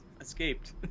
escaped